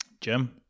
Jim